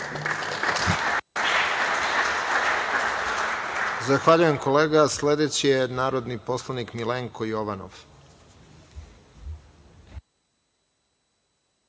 Zahvaljujem, kolega. Sledeći je narodni poslanik Milenko